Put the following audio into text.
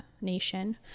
nation